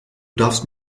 darfst